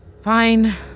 Fine